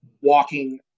walking